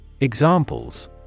Examples